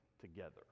together